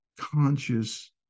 conscious